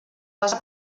basa